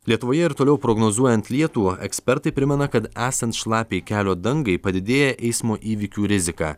lietuvoje ir toliau prognozuojant lietų ekspertai primena kad esant šlapiai kelio dangai padidėja eismo įvykių rizika